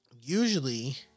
usually